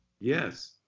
Yes